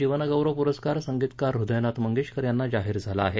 जीवनगौरव पुरस्कार संगीतकार हदयनाथ मंगेशकर यांना जाहीर झाला आहे